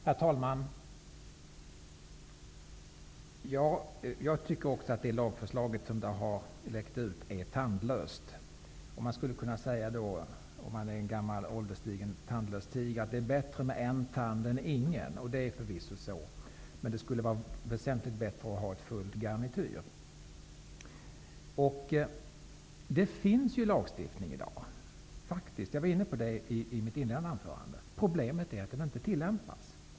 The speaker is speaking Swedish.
Herr talman! Jag tycker också att regeringens lagförslag, sådant detta har läckt ut, är tandlöst. En gammal tandlös tiger skulle kunna säga att det är bättre med en tand än ingen. Förvisso är det så. Men väsentligt bättre vore ett fullständigt garnityr. Det finns ju en lagstiftning i dag. Jag var inne på det i mitt inledningsanförande. Problemet är bara att den inte tillämpas.